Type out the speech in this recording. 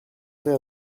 faits